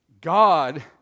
God